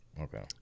okay